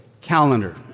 calendar